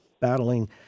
battling